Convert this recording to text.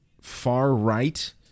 far-right